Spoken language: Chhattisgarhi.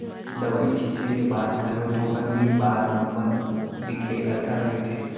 दवई छींचे के बाद घलो थोकन दिन बाद म बन दिखे ल धर लेथे